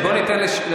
בסיכום אענה.